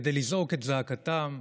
כדי לזעוק את זעקתם,